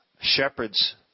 shepherds